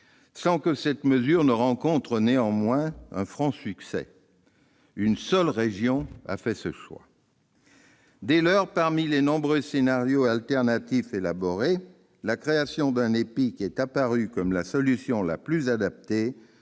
sans que cette mesure rencontre néanmoins un franc succès, une seule région ayant fait ce choix. Dès lors, parmi les nombreux scénarios alternatifs élaborés, la création d'un EPIC est apparue comme la solution la plus adaptée